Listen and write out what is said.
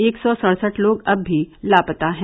एक सौ सड़सठ लोग अब भी लापता हैं